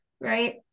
Right